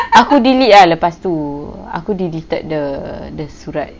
aku delete ah lepas tu aku deleted the the surat